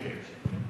כן, כן.